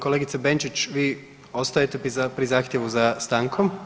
Kolegice Benčić, vi ostajete pri zahtjevu za stankom?